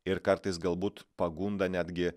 ir kartais galbūt pagunda netgi